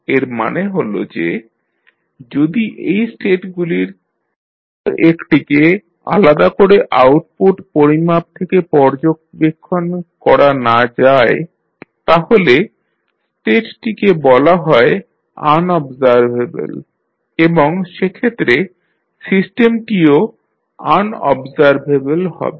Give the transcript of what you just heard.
এর মানে হল যে যদি এই স্টেটগুলির কোনো একটিকে আলাদা করে আউটপুট পরিমাপ থেকে পর্যবেক্ষণ করা না যায় তাহলে স্টেটটিকে বলা হয় আনঅবজারভেবল এবং সেক্ষেত্রে সিস্টেমটিও আনঅবসারভেবেল হবে